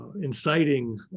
inciting